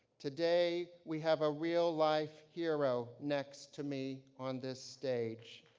today, we have a real-life hero next to me on this stage